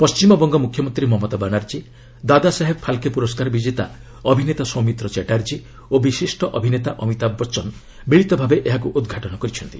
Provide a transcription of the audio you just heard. ପଣ୍ଠିମବଙ୍ଗ ମୁଖ୍ୟମନ୍ତ୍ରୀ ମମତା ବାନାର୍ଜୀ ଦାଦାସାହେବ୍ ଫାଲ୍କେ ପୁରସ୍କାର ବିଜେତା ଅଭିନେତା ସୌମିତ୍ର ଚାଟ୍ଟାର୍ଜୀ ଓ ବିଶିଷ୍ଟ ଅଭିନେତା ଅଭିତାଭ୍ ବଚ୍ଚନ ମିଳିତ ଭାବେ ଏହାକୁ ଉଦ୍ଘାଟନ କରିଛନ୍ତି